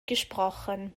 gesprochen